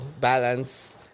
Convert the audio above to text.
balance